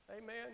Amen